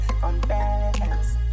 confess